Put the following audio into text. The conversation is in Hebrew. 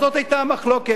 זאת היתה המחלוקת,